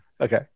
Okay